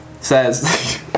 says